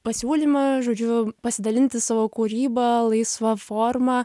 pasiūlymą žodžiu pasidalinti savo kūryba laisva forma